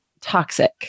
Toxic